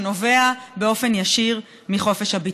שנובע באופן ישיר מחופש הביטוי.